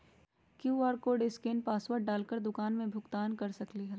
QR code scan password डाल कर दुकान में भुगतान कर सकलीहल?